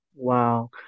Wow